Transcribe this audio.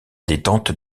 détente